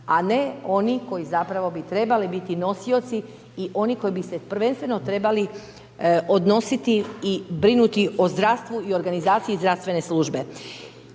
a ne oni koji zapravo bi trebali biti nosioci i oni koji bi se prvenstveno trebali odnositi i brinuti o zdravstvu i organizaciji zdravstvene službe.